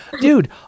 dude